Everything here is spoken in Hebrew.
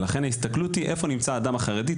לכן ההסתכלות היא איפה נמצא האדם החרדי,